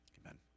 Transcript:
Amen